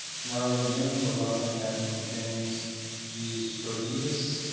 tomorrow at noon we'll welcome admiral james g. stavridis,